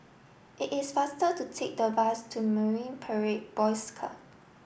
it is faster to take the bus to Marine Parade Boys Club